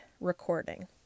recording